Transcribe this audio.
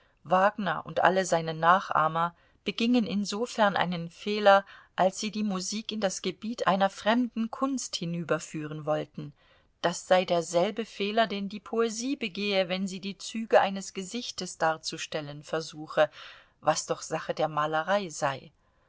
wagner und alle seine nachahmer begingen insofern einen fehler als sie die musik in das gebiet einer fremden kunst hinüberführen wollten das sei derselbe fehler den die poesie begehe wenn sie die züge eines gesichtes darzustellen versuche was doch sache der malerei sei